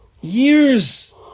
Years